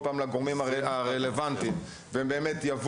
נזמין לפה בכל פעם את הגורמים הרלוונטיים בתקווה שהם באמת יבואו,